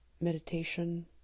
Meditation